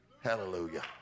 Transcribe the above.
Hallelujah